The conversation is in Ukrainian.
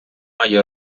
має